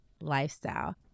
lifestyle